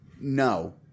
No